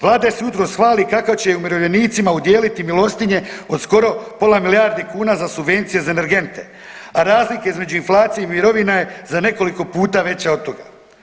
Vlada se jutros hvali kako će umirovljenicima udijeliti milostinje od skoro pola milijarde kuna za subvencije za energente, a razlike između inflacije i mirovina je za nekoliko puta veća od toga.